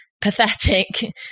pathetic